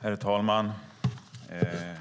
Herr talman!